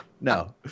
No